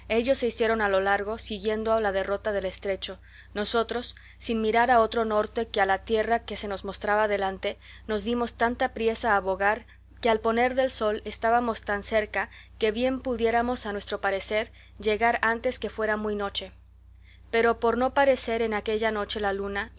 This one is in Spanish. ellos se hicieron a lo largo siguiendo la derrota del estrecho nosotros sin mirar a otro norte que a la tierra que se nos mostraba delante nos dimos tanta priesa a bogar que al poner del sol estábamos tan cerca que bien pudiéramos a nuestro parecer llegar antes que fuera muy noche pero por no parecer en aquella noche la luna